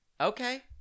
Okay